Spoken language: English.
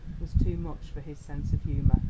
was too much for his sense of humour.